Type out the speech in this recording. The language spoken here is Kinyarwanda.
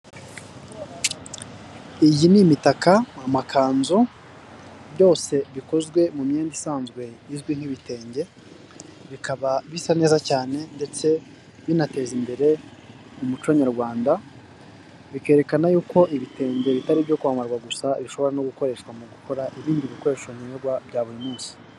Iyi ni imitaka, amakanzu byose bikozwe mu myenda isanzwe izwi nk'ibitenge, bikaba bisa neza cyane ndetse binateza imbere umuco nyarwanda, bikerekana yuko ibitenge bitari ibyo kwambarwa gusa bishobora no gukoreshwa mu gukora ibindi bikoresho bikenerwa bya buri munsi.